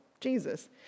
Jesus